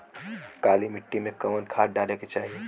काली मिट्टी में कवन खाद डाले के चाही?